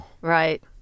Right